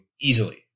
easily